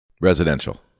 Residential